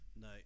No